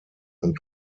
und